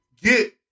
get